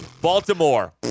Baltimore